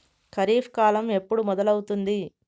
ఖరీఫ్ కాలం ఎప్పుడు మొదలవుతుంది?